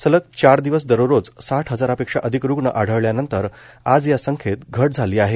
सलग चार दिवस दररोज साठ हजारापेक्षा अधिक रुग्ण आढळल्यानंतर आज या संख्येत घट झाली आहे